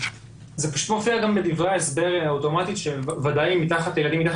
זה פשוט מופיע גם בדברי ההסבר אוטומטית שילדים מתחת